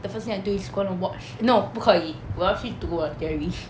the first thing I do is gonna watch no 不可以我要去读我的 theory